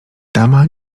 dama